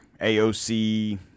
AOC